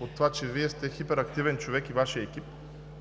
от това, че Вие сте хиперактивен човек, и Вашият екип,